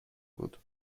بود